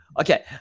Okay